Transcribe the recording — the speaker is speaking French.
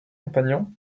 compagnons